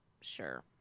Sure